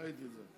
ראיתי את זה.